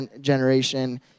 generation